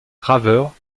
graveur